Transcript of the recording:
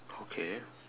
okay